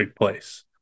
place